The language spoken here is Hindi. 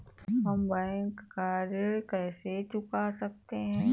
हम बैंक का ऋण कैसे चुका सकते हैं?